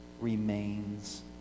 remains